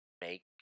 make